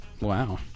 Wow